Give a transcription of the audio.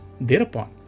Thereupon